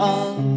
on